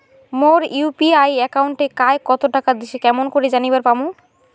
মোর UPI একাউন্টে কায় কতো টাকা দিসে কেমন করে জানিবার পামু?